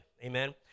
Amen